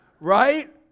right